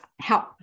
help